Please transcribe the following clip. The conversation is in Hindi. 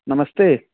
नमस्ते